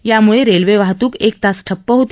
यामुळे रेल्वे वाहतूक एक तास ठप्प होती